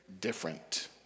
different